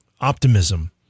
optimism